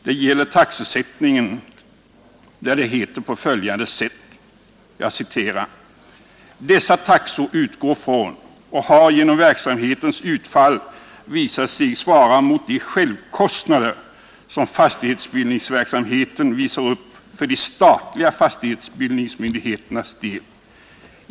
Det gäller taxesättningen, där det heter på följande sätt: ”Dessa taxor utgår från och har genom verksamhetens utfall visat sig svara mot de självkostnader som fastighetsbildningsverksamheten visar upp för de statliga myndigheternas del.